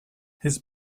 his